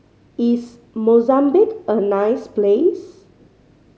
is Mozambique a nice place